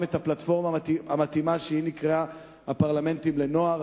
את הפלטפורמה המתאימה שנקראת הפרלמנטים לנוער.